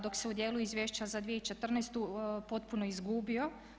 Dok se u djelu izvješća za 2014.potpuno izgubio.